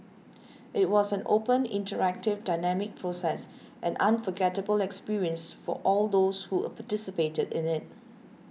it was an open interactive dynamic process an unforgettable experience for all those who participated in it